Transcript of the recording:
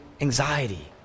anxiety